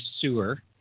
sewer